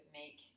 make